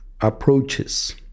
approaches